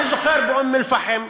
אני זוכר באום-אלפחם,